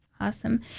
Awesome